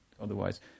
Otherwise